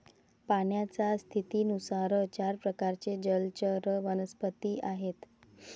पाण्याच्या स्थितीनुसार चार प्रकारचे जलचर वनस्पती आहेत